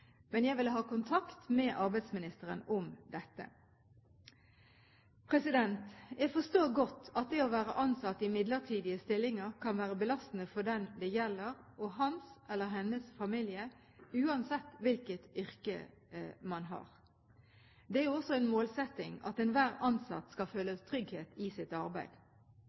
Jeg vil ha kontakt med arbeidsministeren om dette. Jeg forstår godt at det å være ansatt i midlertidig stilling kan være belastende for den det gjelder og hans eller hennes familie – uansett hvilket yrke man har. Det er en målsetting at enhver ansatt skal føle trygghet i sitt arbeid.